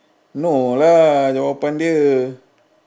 no lah jawapan dia